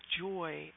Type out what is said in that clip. joy